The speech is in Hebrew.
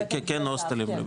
הוסטלים.